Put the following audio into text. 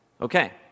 okay